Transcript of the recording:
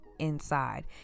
inside